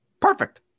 Perfect